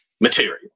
material